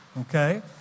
Okay